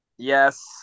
Yes